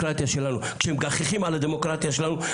כשמגחכים על הדמוקרטיה שלנו,